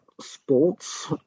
sports